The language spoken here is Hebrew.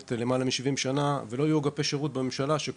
למעלה מ-70 שנה ולא היו בממשלה אגפי שירות,